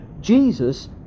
Jesus